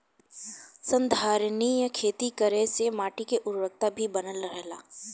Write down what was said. संधारनीय खेती करे से माटी के उर्वरकता भी बनल रहेला